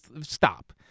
stop